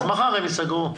מחר הם ייסגרו.